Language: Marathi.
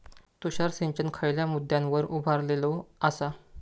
तुषार सिंचन खयच्या मुद्द्यांवर उभारलेलो आसा?